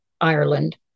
Ireland